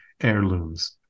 heirlooms